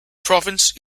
province